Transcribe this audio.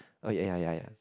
oh ya ya ya